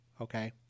okay